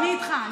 אני איתך.